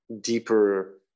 deeper